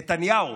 נתניהו,